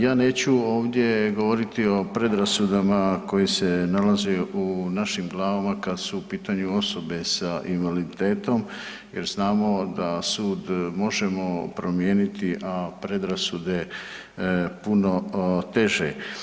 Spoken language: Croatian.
Ja neću ovdje govoriti o predrasudama koje se nalaze u našim glavama kad su u pitanju osobe sa invaliditetom jer znamo da sud možemo promijeniti, a predrasude puno teže.